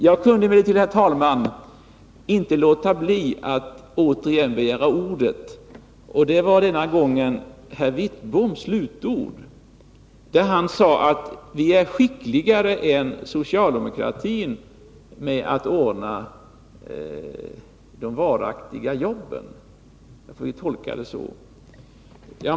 Jag kunde inte, herr talman, låta bli att återigen begära ordet, denna gång med anledning av herr Wittboms slutord. Han sade: Vi är skickligare än socialdemokratin när det gäller att ordna de varaktiga jobben. Jag får tolka hans uttalande så.